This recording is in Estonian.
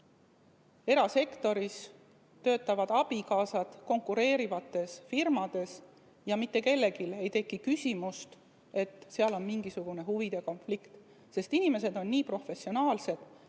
erasektoris töötavad abikaasad konkureerivates firmades ja mitte kellelgi ei teki küsimust, et seal on mingisugune huvide konflikt, sest inimesed on nii professionaalsed,